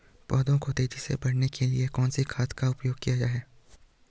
पौधों को तेजी से बढ़ाने के लिए कौन से खाद का उपयोग किया जाए?